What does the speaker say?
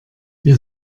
wir